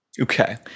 Okay